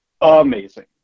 amazing